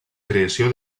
creació